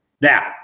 Now